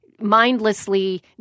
mindlessly